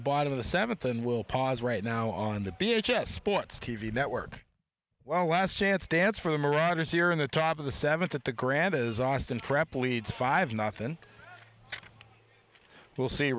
the bottom of the seventh and will pause right now on the b s sports t v network well last chance dance for the marauders here in the top of the seventh at the grand is austin prep leads five nothing will see